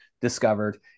discovered